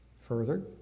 Further